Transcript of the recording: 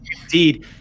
Indeed